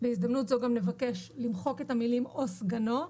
בהזדמנות זו גם נבקש למחוק את המילים: "או סגנו".